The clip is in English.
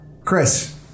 Chris